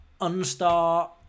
unstar